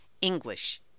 English